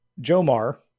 Jomar